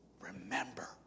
remember